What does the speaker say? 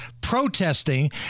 protesting